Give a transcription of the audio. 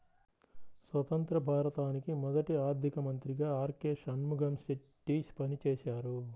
స్వతంత్య్ర భారతానికి మొదటి ఆర్థిక మంత్రిగా ఆర్.కె షణ్ముగం చెట్టి పనిచేసారు